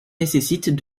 nécessitent